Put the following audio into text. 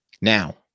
now